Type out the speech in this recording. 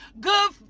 Good